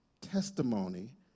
testimony